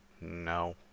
No